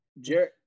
Jared